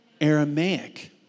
Aramaic